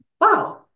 wow